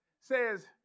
says